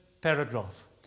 paragraph